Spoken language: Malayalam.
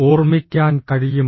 ഓർമ്മിക്കാൻ കഴിയും